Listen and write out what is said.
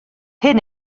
hyn